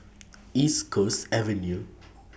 East Coast Avenue